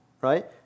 right